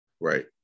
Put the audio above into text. right